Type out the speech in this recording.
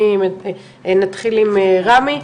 אז נתחיל עם רמי,